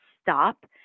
stop